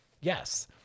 yes